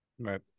Right